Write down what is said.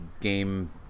game